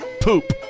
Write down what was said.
poop